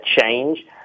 change